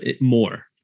more